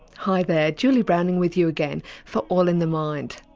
hi there, julie browning with you again for all in the mind.